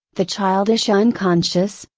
the childish unconscious,